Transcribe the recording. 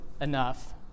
enough